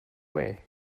way